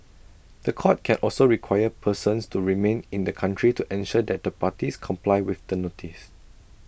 The Court can also require persons to remain in the country to ensure that the parties comply with the notice